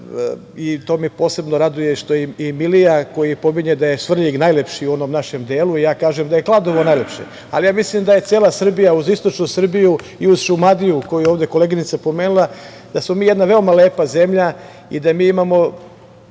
i to me posebno raduje, što je i Milija koji pominje da je Svrljig najlepši u onom našem delu, ja kažem da je Kladovo najlepše, ali ja mislim da je cela Srbija, uz istočnu Srbiju i uz Šumadiju, koju je ovde koleginica pomenula, da smo mi jedna veoma lepa zemlja i da mi imamo